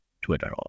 Twitter